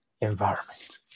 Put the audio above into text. environment